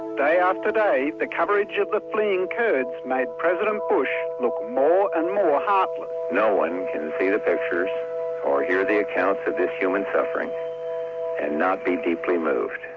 day after day the coverage of the fleeing kurds made president bush look more and more ah heartless. no-one can see the pictures or hear the accounts of this human suffering and not be deeply moved.